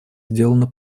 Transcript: сделано